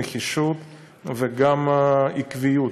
נחישות וגם עקביות,